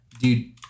Dude